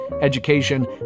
Education